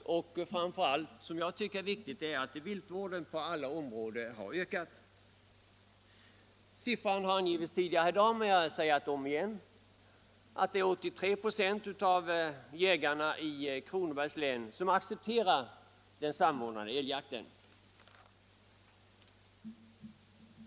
Vad jag framför allt tycker är viktigt är att viltvården på alla områden ökat. Siffran har angivits tidigare i dag, men jag nämner den igen. Det är alltså 83 96 av jägarna i Kronobergs län som accepterar den samordnade älgjakten.